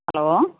hello